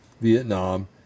Vietnam